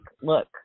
look